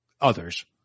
others